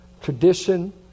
tradition